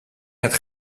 het